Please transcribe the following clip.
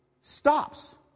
stops